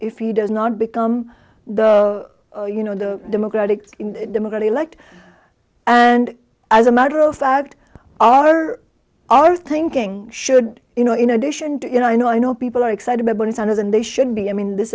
if he does not become the you know the democratic democrat elect and as a matter of fact our our thinking should you know in addition to you know i know i know people are excited about it on is and they should be i mean this